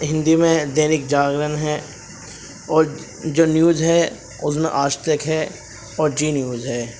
ہندی میں دینک جاگرن ہے اور جو نیوز ہے اس میں آج تک ہے اور زی نیوز ہے